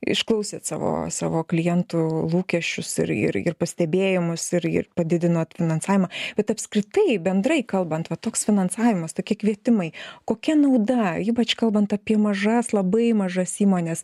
išklausėt savo savo klientų lūkesčius ir ir ir pastebėjimus ir ir padidinot finansavimą bet apskritai bendrai kalbant va toks finansavimas tokie kvietimai kokia nauda ypač kalbant apie mažas labai mažas įmones